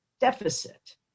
deficit